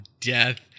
death